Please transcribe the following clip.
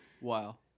Wow